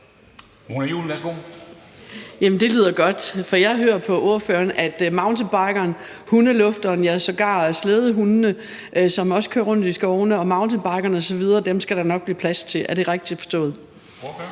det lyder godt, for jeg hører på ordføreren, at mountainbikeren, hundelufteren, ja, sågar slædehundene, som også bliver kørt rundt i skovene, skal der nok blive plads til. Er det rigtigt forstået?